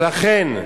ולכן,